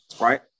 right